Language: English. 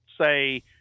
say